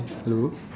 hello